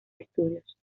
estudios